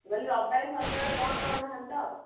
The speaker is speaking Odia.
ବୋଲି ରବିବାରେ ଶନିବାରେ ବନ୍ଦ କରୁନାହାନ୍ତି ତ